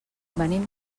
venim